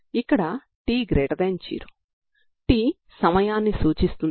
T విలువ n మీద ఆధారపడి ఉంటుంది